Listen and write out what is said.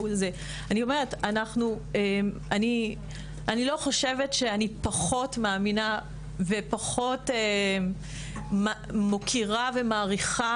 אני לא חושבת שאני מאמינה פחות או מוקירה ומעריכה